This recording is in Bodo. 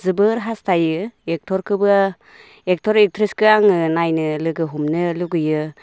जोबोर हास्थायो एक्टरखोबो एक्टर एक्ट्रेसखो आङो नायनो लोगो हमनो लुगैयो